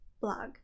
blog